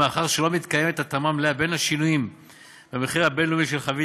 מאחר שלא מתקיימת התאמה מלאה בין השינויים במחיר הבין-לאומי של חבית